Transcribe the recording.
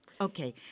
Okay